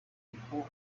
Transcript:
before